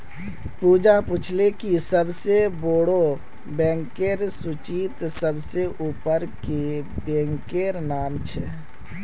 पूजा पूछले कि सबसे बोड़ो बैंकेर सूचीत सबसे ऊपर कुं बैंकेर नाम छे